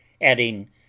ADDING